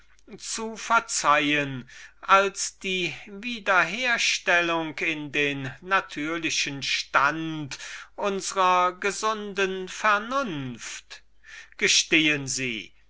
zu verzeihen als die wiederherstellung in den natürlichen stand unsrer gesunden vernunft gestehen sie